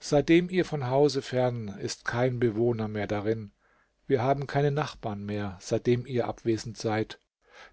seitdem ihr von hause fern ist kein bewohner mehr darin wir haben keine nachbarn mehr seitdem ihr abwesend seid